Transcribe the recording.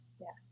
Yes